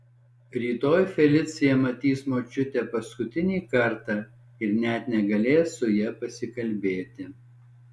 rytoj felicija matys močiutę paskutinį kartą ir net negalės su ja pasikalbėti